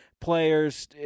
players